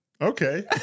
Okay